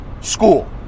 school